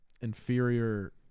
inferior